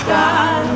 God